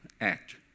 act